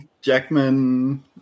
Jackman